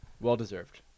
Well-deserved